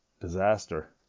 disaster